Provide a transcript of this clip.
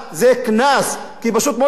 כי פשוט מאוד מענישים את האנשים.